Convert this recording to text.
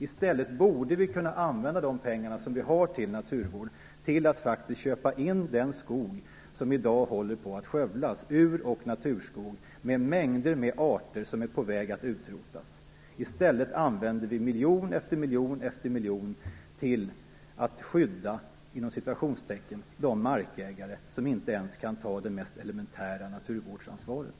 I stället borde vi kunna använda de pengar som vi har till naturvård till att köpa in den ur och naturskog som i dag håller på att skövlas och som innehåller mängder av arter som är på väg att utrotas. I stället använder vi miljon efter miljon till att "skydda" de markägare som inte kan ta ens det mest elementära naturvårdsansvaret.